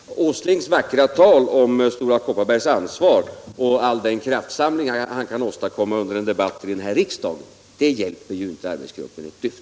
Herr Åslings vackra tal om Stora Kopparbergs ansvar och all den kraftsamling han kan åstadkomma under en debatt här i riksdagen hjälper ju inte arbetsgruppen ett dyft.